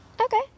Okay